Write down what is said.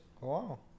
Wow